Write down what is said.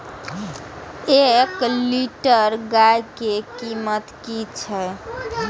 एक लीटर गाय के कीमत कि छै?